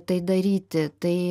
tai daryti tai